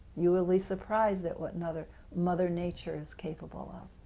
you will be surprised at what mother mother nature is capable of.